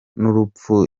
n’urupfu